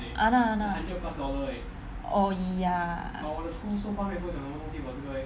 !hanna! !hanna! oh ya